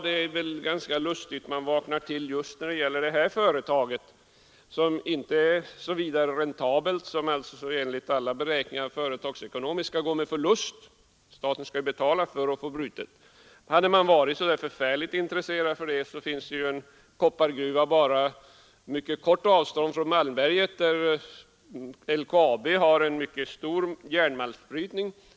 Det är ganska lustigt att man vaknar till just när det gäller detta företag som inte är så räntabelt, som enligt alla företagsekonomiska beräkningar går med förlust. Staten skulle få betala för att få malmen bruten. Hade man varit mycket intresserad så finns det en koppargruva på ganska kort avstånd från Malmberget, där LKAB har en mycket stor järnmalmsbrytning.